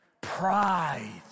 pride